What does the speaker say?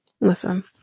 listen